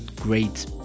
great